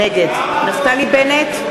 נגד נפתלי בנט,